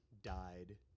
died